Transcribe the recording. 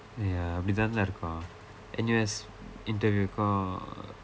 ya அப்படி தான்:appadi thaan dah இருக்கும்:irukkum N_U_S interview க்கும்:kkum